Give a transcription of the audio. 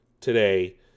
today